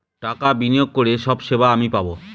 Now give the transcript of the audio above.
টাকা বিনিয়োগ করে সব সেবা আমি পাবো